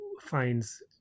finds